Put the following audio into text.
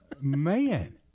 man